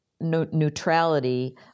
Neutrality